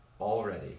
already